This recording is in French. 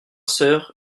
sœurs